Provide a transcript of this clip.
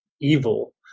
evil